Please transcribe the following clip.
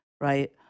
right